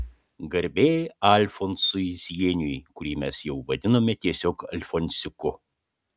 garbė alfonsui zieniui kurį mes jau vadinome tiesiog alfonsiuku